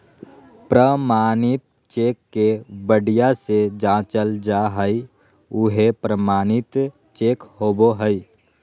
प्रमाणित चेक के बढ़िया से जाँचल जा हइ उहे प्रमाणित चेक होबो हइ